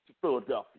Philadelphia